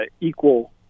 equal